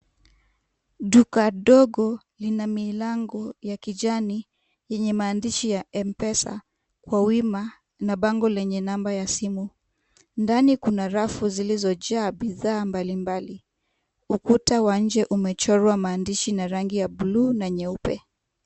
Duka ndogo lina milango ya kijani yenye maandishi ya M-Pesa kwa wima, na bango lenye namba ya simu. Ndani kuna rafu zilizojaa bidhaa mbalimbali. Ukuta wa nje umechorwa maandishi na rangi ya buluu na nyeupe.